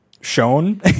Shown